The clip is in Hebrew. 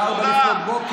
ב-04:00,